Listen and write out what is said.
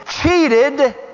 cheated